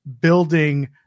building